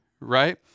right